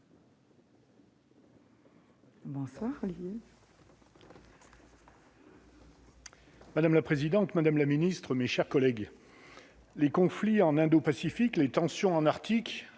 Madame la présidente, madame la ministre, mes chers collègues, les conflits en indo-Pacifique les tensions en Arctique